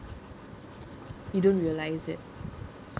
you don't realize it